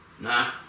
Nah